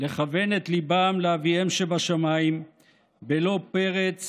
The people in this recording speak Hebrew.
לכוון את ליבם לאביהם שבשמיים בלא פרץ